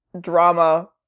drama